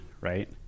right